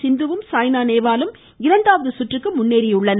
சிந்துவும் சாய்னா நேவாலும் இரண்டாவது சுற்றுக்கு முன்னேறியுள்ளனர்